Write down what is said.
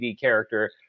character